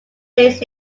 days